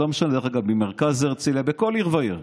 לא משנה דרך אגב אם זה במרכז הרצליה או בכל עיר ועיר,